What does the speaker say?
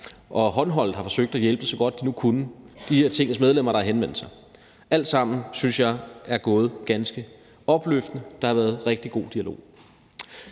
og håndholdt har forsøgt at hjælpe, så godt de nu kunne, dem af Tingets medlemmer, der har henvendt sig. Alt sammen synes jeg er gået på ganske opløftende vis, og der har været en rigtig god dialog.